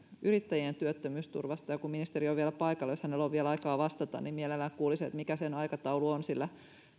yrittäjien työttömyysturvasta ja kun ministeri on vielä paikalla niin jos hänellä on vielä aikaa vastata niin mielellään kuulisin mikä sen aikataulu on sillä